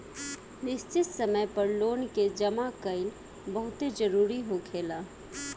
निश्चित समय पर लोन के जामा कईल बहुते जरूरी होखेला